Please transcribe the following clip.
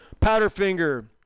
Powderfinger